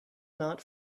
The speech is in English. not